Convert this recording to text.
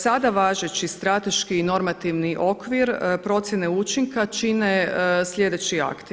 Sada važeći strateški i normativni okvir procjene učinka čine sljedeći akti.